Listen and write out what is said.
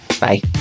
Bye